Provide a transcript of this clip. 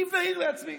אני אבנה עיר לעצמי.